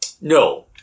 No